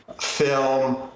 film